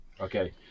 Okay